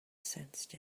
sensed